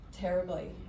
terribly